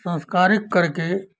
संस्कारिक करके